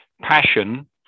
passion